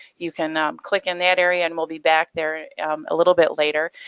you can click in that area and we'll be back there a little bit later.